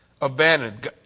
Abandoned